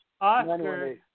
Oscar